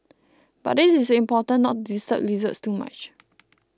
but it is important not to disturb lizards too much